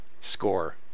score